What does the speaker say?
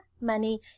money